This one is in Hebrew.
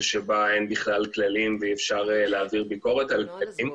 שבה אין בכלל כללים ואי אפשר להעביר ביקורת על כללים.